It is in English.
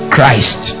Christ